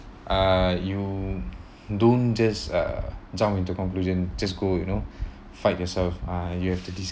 uh you don't just uh jump into conclusion just go you know fight yourself uh you have to